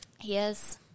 yes